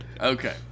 Okay